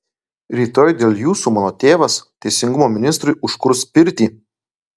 rytoj dėl jūsų mano tėvas teisingumo ministrui užkurs pirtį